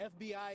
FBI